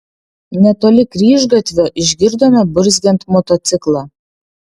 netoli kryžgatvio išgirdome burzgiant motociklą